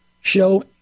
show